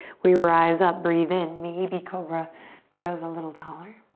we rise up, breathe in. maybe cobra grows a little taller.